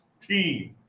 Team